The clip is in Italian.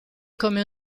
come